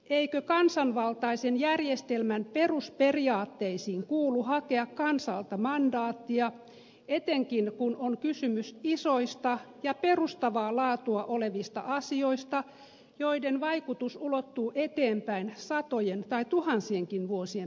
eikö kansanvaltaisen järjestelmän perusperiaatteisiin kuulu hakea kansalta mandaattia etenkin kun on kysymys isoista ja perustavaa laatua olevista asioista joiden vaikutus ulottuu eteenpäin satojen tai tuhansienkin vuosien päähän